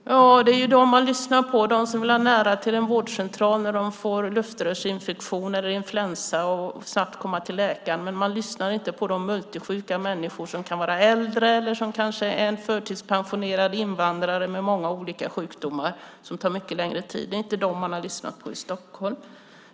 Fru talman! Ja, det är ju dem man lyssnar på, de som vill ha nära till en vårdcentral när de får luftrörsinfektioner och influensa och snabbt vill komma till läkare. Men man lyssnar inte på de multisjuka människor som kan vara äldre eller som kanske är förtidspensionerade invandrare med många olika sjukdomar som tar mycket längre tid. Det är inte dem man har lyssnat på i Stockholm.